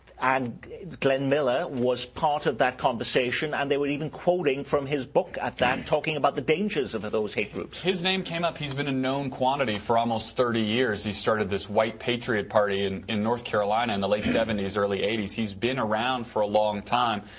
and glenn miller was part of that conversation, and they were even quoting from his book at that talking about the dangers of those hate groups. his name came up. he's been a known quantity for almost thirty years. he started this white patriot party and in north carolina in the late seventy s, early eighty s. he's been around for a long time,